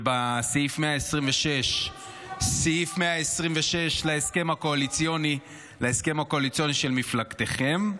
סעיף 126 להסכם הקואליציוני של מפלגתכם,